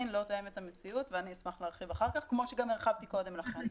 לא תואם את המציאות ואני אשמח להרחיב אחר כך כמו שגם הרחבתי קודם לכן.